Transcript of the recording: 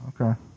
Okay